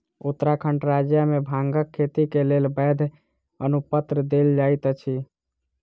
उत्तराखंड राज्य मे भांगक खेती के लेल वैध अनुपत्र देल जाइत अछि